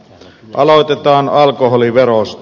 aloitetaan alkoholiverosta